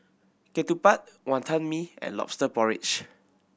Ketupat Wonton Mee and Lobster Porridge